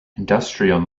industrial